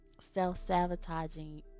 self-sabotaging